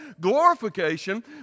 Glorification